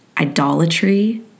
Idolatry